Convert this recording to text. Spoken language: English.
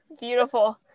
Beautiful